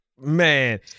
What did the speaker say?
Man